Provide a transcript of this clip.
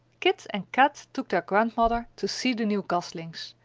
kit and kat took their grandmother to see the new goslings,